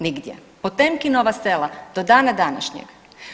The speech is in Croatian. Nigdje, Potemkinova sela do dana današnjeg.